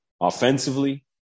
Offensively